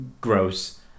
gross